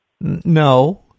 No